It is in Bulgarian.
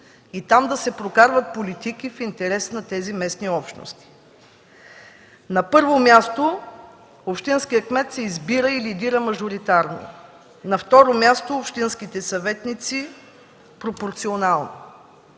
и там да се прокарват политики в интерес на тези местни общности. На първо място, общинският кмет се избира и лидира мажоритарно. На второ място, общинските съветници – пропорционално.